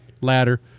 ladder